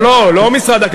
לא, לא, לא משרד הקליטה.